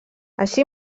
així